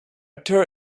tour